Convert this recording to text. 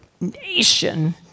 nation